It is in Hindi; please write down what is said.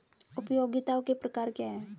उपयोगिताओं के प्रकार क्या हैं?